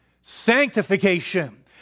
sanctification